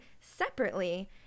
separately